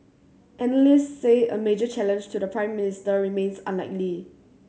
analysts say a major challenge to the Prime Minister remains unlikely